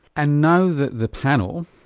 and now that the panel,